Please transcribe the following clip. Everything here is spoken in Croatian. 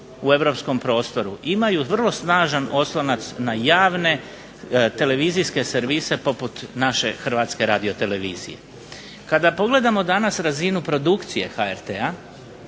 u Europskom prostoru imaju vrlo snažan oslonac na javne televizijske servise poput naše Hrvatske radiotelevizije. Kada pogledamo danas razinu produkcije HRT-a